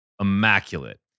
immaculate